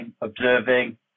observing